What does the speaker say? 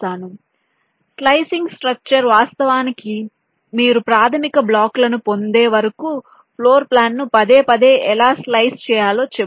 కాబట్టి slicing structure వాస్తవానికి మీరు ప్రాథమిక బ్లాక్లను పొందే వరకు ఫ్లోర్ ప్లాన్ను పదేపదే ఎలా స్లైస్ చేయాలో చెబుతుంది